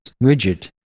rigid